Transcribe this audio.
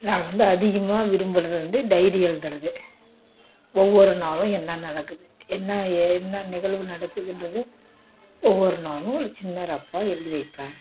நான் வந்து அதிகமாக விரும்புகிறது வந்து டைரி எழுதுகிறது ஒவ்வொரு நாளும் என்ன நடக்குது என்ன என்ன நிகழ்வு நடக்குதுங்றது ஒவ்வொரு நாளும் சின்ன ரஃப்பாக எழுதி வைப்பேன்